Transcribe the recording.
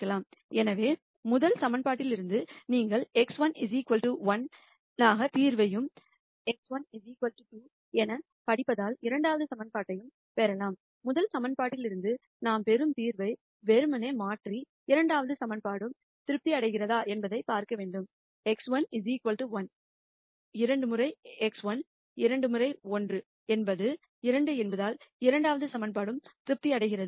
எனவே முதல் ஈகிவேஷன்னலிருந்து நீங்கள் x1 1 க்கான தீர்வையும் 2x1 2 எனப் படிப்பதால் இரண்டாவது ஈகிவேஷன்னையும் பெறலாம் முதல் ஈகிவேஷன்னலிருந்து நாம் பெறும் தீர்வை வெறுமனே மாற்றி இரண்டாவது சமன்பாடும் திருப்தி அடைகிறதா என்பதைப் பார்க்க வேண்டும் x1 1 2 முறை x1 2 முறை 1 என்பது 2 என்பதால் இரண்டாவது சமன்பாடும் திருப்தி அடைகிறது